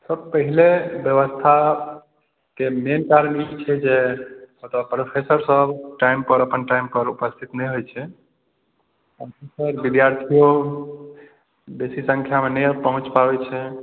sir पहिने व्यवस्थाके main term ई छै जे ओतय प्रोफेसरसभ टाइमपर अपन टाइमपर उपस्थित नहि होइत छै आ विद्यार्थिओ बेसी संख्यामे नहि पहुँचि पाबैत छै